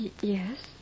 Yes